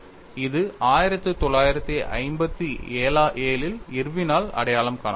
இது 1957 இல் இர்வினால் அடையாளம் காணப்பட்டது